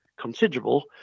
considerable